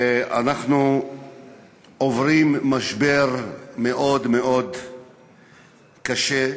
אנחנו עוברים משבר מאוד מאוד קשה,